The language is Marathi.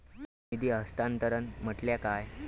निधी हस्तांतरण म्हटल्या काय?